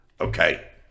Okay